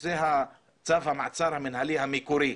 זה צו המעצר המנהלי המקורי.